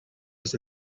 was